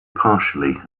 partially